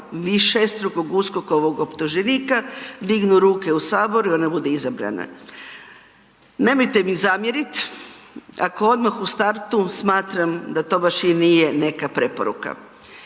višestrukog USKOK-ovog optuženika, dignu ruke u Saboru i onda bude izabrana. Nemojte mi zamjerit ako odmah u startu smatram da to baš i nije neka preporuka.